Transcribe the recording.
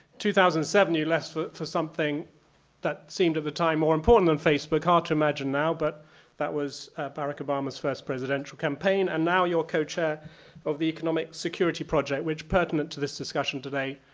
two thousand and seven you left for for something that seemed, at the time, more important than facebook, hard to imagine now, but that was barack obama's first presidential campaign. and now you're co-chair of the economic security project, which, pertinent to this discussion today,